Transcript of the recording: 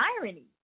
irony